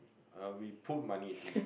uh we put money to